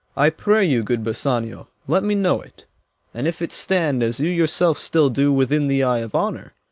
i pray you, good bassanio, let me know it and if it stand, as you yourself still do, within the eye of honour,